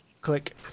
click